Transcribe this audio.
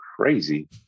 crazy